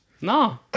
no